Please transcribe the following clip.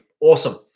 Awesome